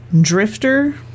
Drifter